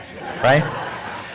right